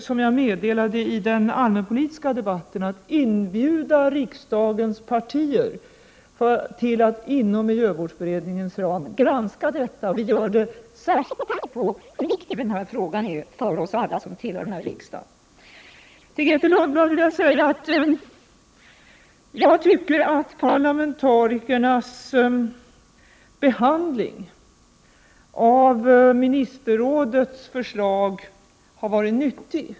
Som jag meddelade i den allmänpolitiska debatten kommer vi att inbjuda riksdagens partier till att inom miljövårdsberedningens ram granska det här. Vi gör det särskilt med tanke på hur viktig den här frågan är för oss alla här i riksdagen. Till Grethe Lundblad vill jag säga att jag tycker att parlamentarikernas behandling av ministerrådets förslag har varit nyttig.